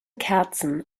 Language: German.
kerzen